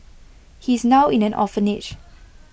he's now in an orphanage